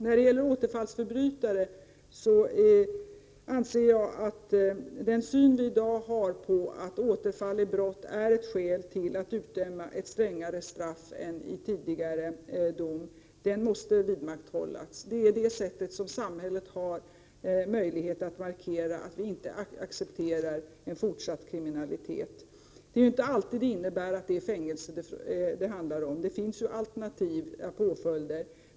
När det gäller återfallsförbrytare anser jag att den syn som vi i dag har, att återfall i brott är ett skäl till att utdöma strängare straff än i tidigare dom, måste vidmakthållas. Det är på det sättet som samhället har möjlighet att markera att fortsatt kriminalitet inte accepteras. Det handlar ju inte alltid om fängelse, utan det finns också alternativa påföljder.